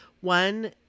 One